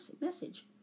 message